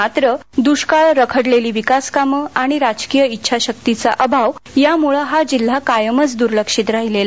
मात्र दुष्काळ रखडलेली विकासकानं राजकीय इच्छाशक्तीचा अभाव यामुळं हा जिल्हा कायमच दुर्लक्षित राहीलेला